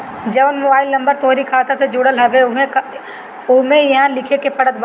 जवन mobile number तोहरी खाता से जुड़ल हवे उहवे इहवा लिखे के पड़त बाटे